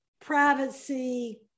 privacy